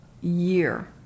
year